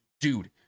dude